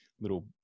little